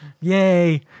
Yay